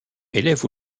élève